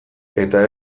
eta